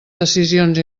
decisions